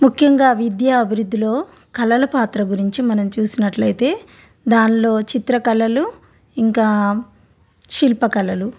ముఖ్యంగా విద్యా అభివృద్ధిలో కళల పాత్ర గురించి మనం చూసినట్లయితే దాన్లో చిత్రకళలు ఇంకా శిల్ప కళలు